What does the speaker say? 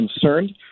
concerned